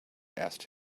asked